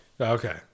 Okay